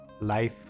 life